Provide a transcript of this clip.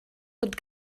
that